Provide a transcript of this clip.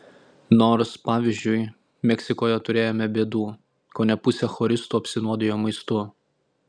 nors pavyzdžiui meksikoje turėjome bėdų kone pusė choristų apsinuodijo maistu